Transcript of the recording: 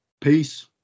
Peace